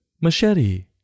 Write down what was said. Machete